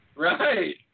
Right